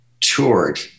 toured